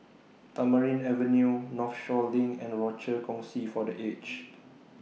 Tamarind Avenue Northshore LINK and Rochor Kongsi For The Aged